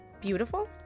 beautiful